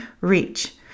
reach